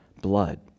blood